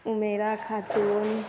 Umera Khatoon